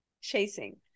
chasing